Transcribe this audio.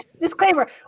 disclaimer